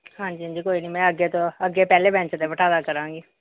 ਹਾਂਜੀ ਹਾਂਜੀ ਕੋਈ ਨਹੀਂ ਮੈਂ ਅੱਗੇ ਤੋਂ ਅੱਗੇ ਪਹਿਲੇ ਬੈਂਚ 'ਤੇ ਬਿਠਾ ਦਿਆ ਕਰਾਂਗੀ